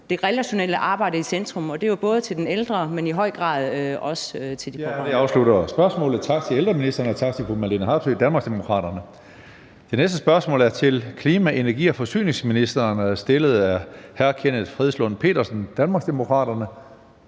det relationelle arbejde i centrum, og det er både i forhold til den ældre, men i høj grad også til de pårørende.